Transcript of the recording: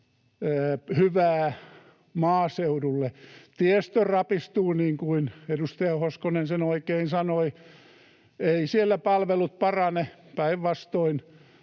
hyvää maaseudulle. Tiestö rapistuu, niin kuin edustaja Hoskonen sen oikein sanoi. Eivät siellä palvelut parane, päinvastoin.